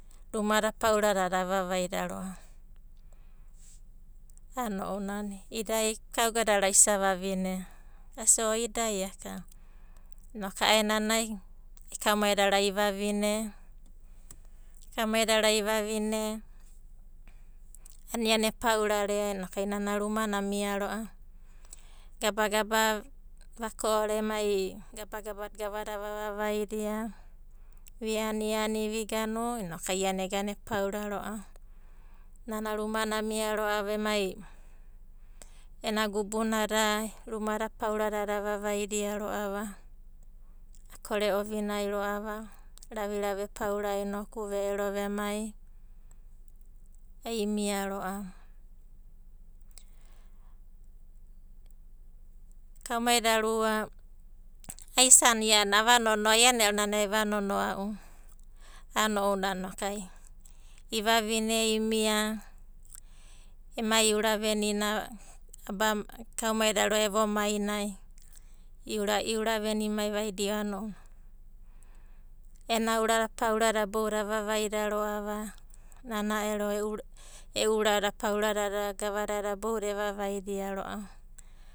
Rumada pauradada avavaida ro'a a'ana ounanai, idai kaugada rua isa vavine? Asia o idai aka. Inoku a'aenanai kaumaida rua ivavine, kaumaidai rua ivavine a'ana iana e paura rea, nana ramanai amia ro'ava. Gabagaba vako'ore emai gabagaba da gavadada vavaidia, vi aniani inoku iana egana e paura ro'ava. Nana rumanai amia ro'ava emai ena gabunada, rumanai paura dada avavaidia ro'ava akore ovinau ro'ava. Raviravi ai vepaura inoku ve'ero vemai inoku ai imia ro'ava. kaumaida rua aisania a'ana ava nonoa, iana ero nana eva nonoa'u a'ana ounani inoku ai ivavine imia. Emai iuravenina kaumaidia rua evomainai iuravenimai vaidio a'ana ounana ena urada pauradada ro'ava. Nana ero e'u urada pauradada gavadada boudadai evavaidio ro'ava.